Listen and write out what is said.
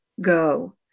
Go